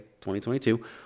2022